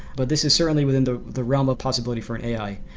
but this is certainly within the the realm of possibility for an ai.